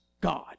God